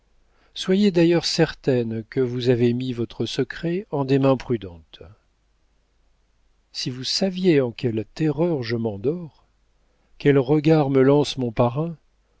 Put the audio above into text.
soyez d'ailleurs certaine que vous avez mis votre secret en des mains prudentes si vous saviez en quelles terreurs je m'endors quels regards me lance mon parrain